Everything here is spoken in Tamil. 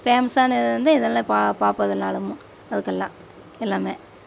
ஃபேமஸான இது வந்து இதெல்லாம் பாப் பார்ப்போம் எதுனாலும் அதுக்கெல்லாம் எல்லாமே